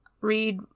read